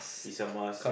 is a must